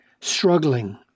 struggling